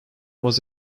was